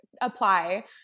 apply